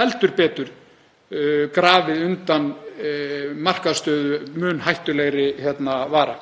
heldur betur grafið undan markaðsstöðu mun hættulegri vara